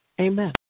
Amen